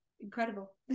Incredible